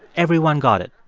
everyone got it.